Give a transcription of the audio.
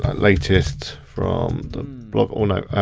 but latest from the blog, or no,